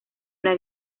una